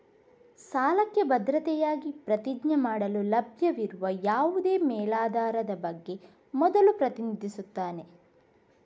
ಸಾಲಕ್ಕೆ ಭದ್ರತೆಯಾಗಿ ಪ್ರತಿಜ್ಞೆ ಮಾಡಲು ಲಭ್ಯವಿರುವ ಯಾವುದೇ ಮೇಲಾಧಾರದ ಬಗ್ಗೆ ಮೊದಲು ಪ್ರತಿನಿಧಿಸುತ್ತಾನೆ